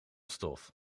stof